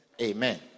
Amen